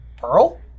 Pearl